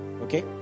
Okay